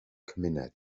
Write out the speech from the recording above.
cymuned